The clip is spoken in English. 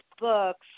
books